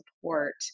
support